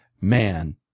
man